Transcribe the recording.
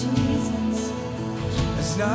Jesus